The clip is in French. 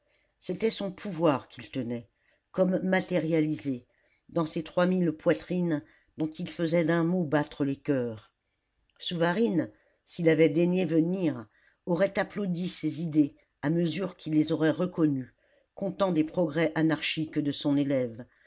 c'était son pouvoir qu'il tenait comme matérialisé dans ces trois mille poitrines dont il faisait d'un mot battre les coeurs souvarine s'il avait daigné venir aurait applaudi ses idées à mesure qu'il les aurait reconnues content des progrès anarchiques de son élève